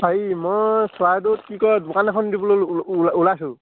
হেৰি মই চৰাইদেউত কি কয় দোকান এখন দিবলৈ ওলাইছোঁ